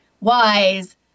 wise